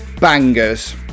bangers